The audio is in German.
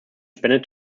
spendet